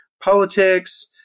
politics